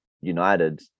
United